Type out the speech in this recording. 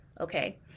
okay